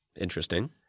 Interesting